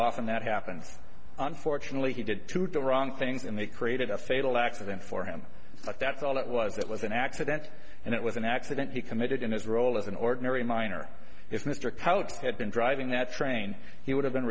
often that happens unfortunately he did tootle wrong things and they created a fatal accident for him but that's all it was it was an accident and it was an accident he committed in his role as an ordinary minor if mr cutts had been driving that train he would have been